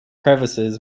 crevices